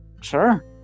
Sure